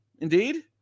Indeed